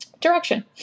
direction